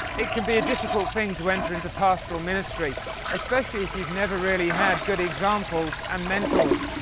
it could be a difficult thing to enter into pastoral ministry especially if you've never really had good examples and mentors.